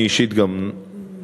אני אישית גם שאלתי,